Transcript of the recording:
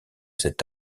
cet